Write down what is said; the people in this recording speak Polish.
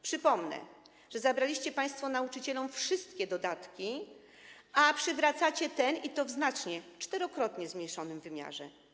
Przypomnę, że zabraliście państwo nauczycielom wszystkie dodatki, a przywracacie ten i to w znacznie, bo czterokrotnie zmniejszonym wymiarze.